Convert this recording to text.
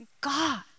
God